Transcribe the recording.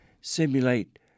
simulate